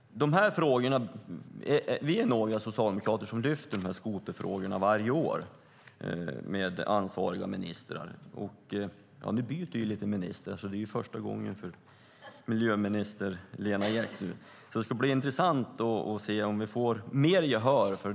Vi är några socialdemokrater som lyfter skoterfrågorna varje år med ansvariga ministrar. Ni byter ju ministrar lite då och då, så detta är första gången för miljöminister Lena Ek. Det ska bli intressant att se om vi får mer gehör.